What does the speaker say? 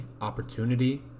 opportunity